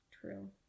True